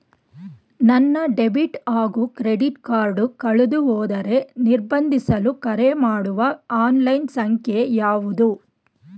ನನ್ನ ಡೆಬಿಟ್ ಹಾಗೂ credit card ಕಳೆದುಹೋದರೆ ನಿರ್ಬಂಧಿಸಲು ಕರೆಮಾಡುವ ಆನ್ಲೈನ್ ಸಂಖ್ಯೆಯಾವುದು?